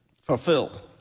fulfilled